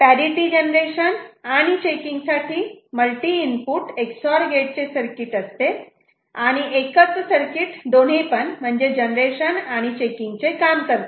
parity generation आणि checking साठी multi input Ex OR गेटचे सर्किट असते आणि एकच सर्किट दोन्हीपण जनरेशन आणि चेकिंग चे काम करते